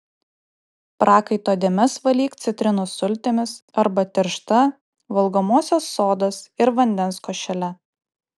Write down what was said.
prakaito dėmes valyk citrinų sultimis arba tiršta valgomosios sodos ir vandens košele